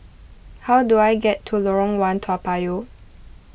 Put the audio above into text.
how do I get to Lorong one Toa Payoh